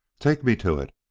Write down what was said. take me to it!